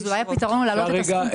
אז אולי הפתרון הוא פשוט להעלות את הסכום.